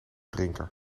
drinker